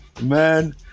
man